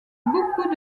beaucoup